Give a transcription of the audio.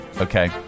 okay